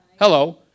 Hello